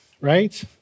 right